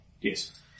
Yes